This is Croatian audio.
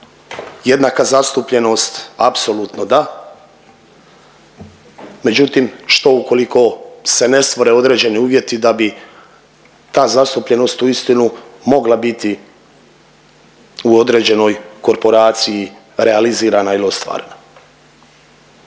jednaka zastupljenost apsolutno da, međutim, što ukoliko se ne stvore određeni uvjeti da bi ta zastupljenost uistinu mogla biti u određenoj korporaciji realizirana ili ostvarena.